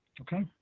Okay